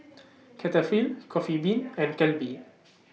Cetaphil Coffee Bean and Calbee